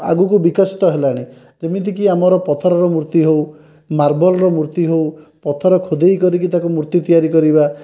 ଆଗକୁ ବିକଶିତ ହେଲାଣି ଯେମିତି କି ଆମର ପଥରର ମୂର୍ତ୍ତି ହେଉ ମାର୍ବଲର ମୂର୍ତ୍ତି ହେଉ ପଥର ଖୋଦାଇ କରିକି ତାକୁ ମୂର୍ତ୍ତି ତିଆରି କରିବା